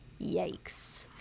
Yikes